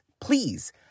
please